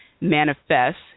Manifest